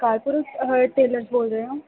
Akalpur tailor ਬੋਲ ਰਹੇ ਹੋ